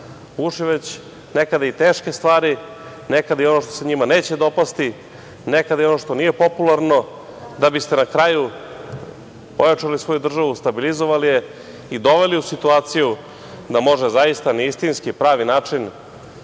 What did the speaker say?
uši, već nekada i teške stvari, nekada i ono što se njima neće dopasti, nekada i ono što nije popularno, da biste na kraju ojačali svoju državu, stabilizovali je i doveli u situaciju da može zaista na istinski, pravi način,